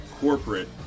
corporate